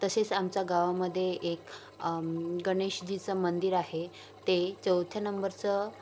तसेच आमच्या गावामध्ये एक गणेशजीचं मंदिर आहे ते चौथ्या नंबरचं